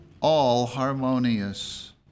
all-harmonious